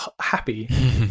happy